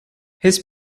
his